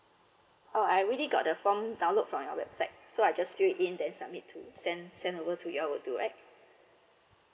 oh I already got the from download from your website so I just fill in then submit to send send over to you all would do right